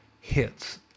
hits